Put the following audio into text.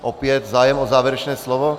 Opět, zájem o závěrečné slovo?